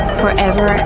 forever